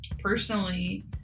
personally